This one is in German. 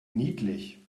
niedlich